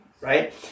right